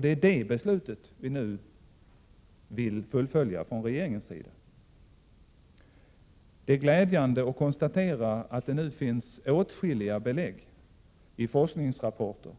Det är det beslutet vi från regeringens sida nu vill fullfölja. Det är glädjande att konstatera att det nu finns åtskilliga belägg i forskningsrapporter